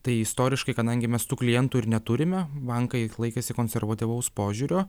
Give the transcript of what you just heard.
tai istoriškai kadangi mes tų klientų ir neturime bankai laikėsi konservatyvaus požiūrio